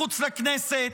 מחוץ לכנסת,